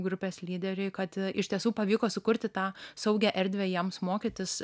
grupės lyderiui kad iš tiesų pavyko sukurti tą saugią erdvę jiems mokytis